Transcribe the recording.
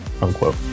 unquote